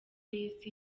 y’isi